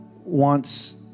wants